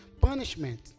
punishment